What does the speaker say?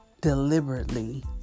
deliberately